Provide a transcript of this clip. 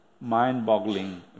mind-boggling